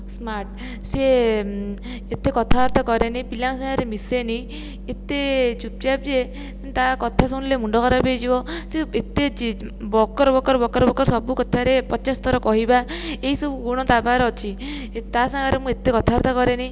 smart ସିଏ ଏତେ କଥାବାର୍ତ୍ତା କରେନି ପିଲାଙ୍କ ସାଙ୍ଗରେ ମିଶେନି ଏତେ ଚୁପ୍ଚାପ୍ ଯେ ତା' କଥା ଶୁଣିଲେ ମୁଣ୍ଡ ଖରାପ ହୋଇଯିବ ସିଏ ଏତେ ବକର ବକର ବକର ବକର ସବୁ କଥାରେ ପଚାଶ ଥର କହିବା ଏହି ସବୁ ଗୁଣ ତା'ପାଖରେ ଅଛି ତା' ସାଙ୍ଗରେ ମୁଁ ଏତେ କଥାବାର୍ତ୍ତା କରେନି